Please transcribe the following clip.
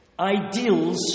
Ideals